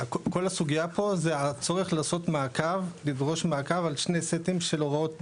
כל הסוגיה פה זה הצורך לדרוש מעקב על שני סטים של הוראות דין.